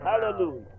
Hallelujah